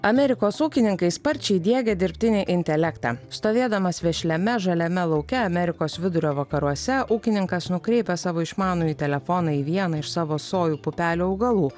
amerikos ūkininkai sparčiai diegia dirbtinį intelektą stovėdamas vešliame žaliame lauke amerikos vidurio vakaruose ūkininkas nukreipia savo išmanųjį telefoną į vieną iš savo sojų pupelių augalų